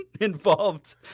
involved